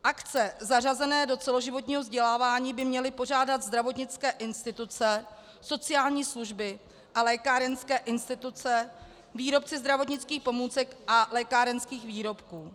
Akce zařazené do celoživotního vzdělávání by měly pořádat zdravotnické instituce, sociální služby a lékárenské instituce, výrobci zdravotnických pomůcek a lékárenských výrobků.